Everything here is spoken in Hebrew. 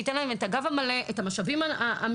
שייתן להן את הגב המלא ואת המשאבים המלאים,